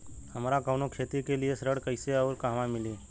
हमरा कवनो खेती के लिये ऋण कइसे अउर कहवा मिली?